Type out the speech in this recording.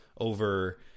over